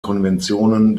konventionen